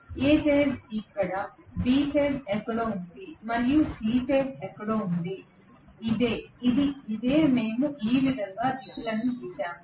A phase ఇక్కడ B phase ఎక్కడో ఉంది మరియు C ఫేజ్ ఎక్కడో ఉంది ఇది ఇదే మేము ఈ విధంగా దిశలను గీసాము